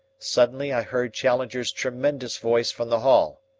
suddenly i heard challenger's tremendous voice from the hall.